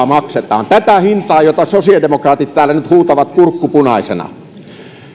maksetaan tätä hintaa jota sosiaalidemokraatit täällä nyt huutavat kurkku punaisena